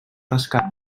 rescat